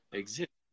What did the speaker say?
exist